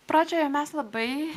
pradžioje mes labai